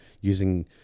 using